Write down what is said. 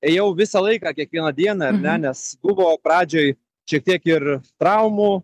ėjau visą laiką kiekvieną dieną ar ne nes buvo pradžioj šiek tiek ir traumų